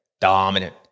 Dominant